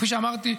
כפי שאמרתי,